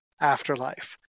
afterlife